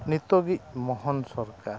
ᱱᱤᱛᱳᱜᱤᱡ ᱢᱚᱦᱚᱱ ᱥᱚᱨᱠᱟᱨ